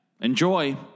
Enjoy